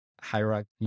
hierarchy